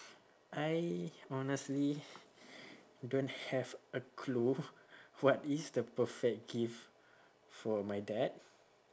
I honestly don't have a clue what is the perfect gift for my dad